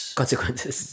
consequences